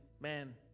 man